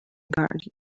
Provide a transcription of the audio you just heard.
garden